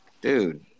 dude